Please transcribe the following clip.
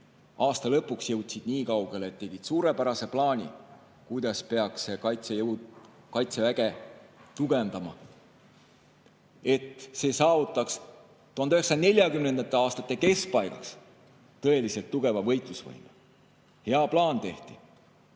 aasta lõpuks jõudsid nii kaugele, et tegid suurepärase plaani, kuidas peaks kaitsejõude tugevdama, et need saavutaks 1940. aastate keskpaigaks tõeliselt tugeva võitlusvõime. Hea plaan tehti.